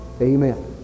amen